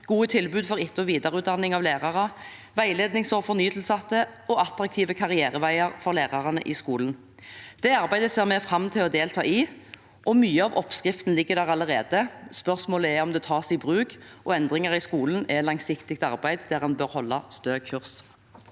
gode tilbud for etter- og videreutdanning av lærere, veiledningsår for nytilsatte og attraktive karriereveier for lærerne i skolen. Det arbeidet ser vi fram til å delta i, og mye av oppskriften ligger der allerede. Spørsmålet er om det tas i bruk. Endringer i skolen er et langsiktig arbeid der man bør holde stø kurs.